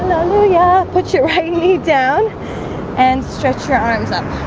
oh yeah, put your right knee down and stretch your arms up